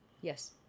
Yes